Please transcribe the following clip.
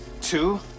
Two